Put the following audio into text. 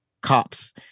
cops